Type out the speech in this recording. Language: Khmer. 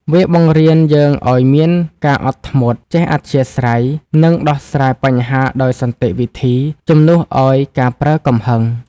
វាបង្រៀនយើងឱ្យមានការអត់ធ្មត់ ចេះអធ្យាស្រ័យ និងដោះស្រាយបញ្ហាដោយសន្តិវិធី ជំនួសឱ្យការប្រើកំហឹង។